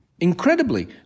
incredibly